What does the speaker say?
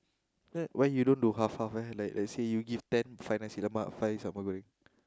uh why don't you do half half leh like let's say you give ten five nasi-lemak five samor-goreng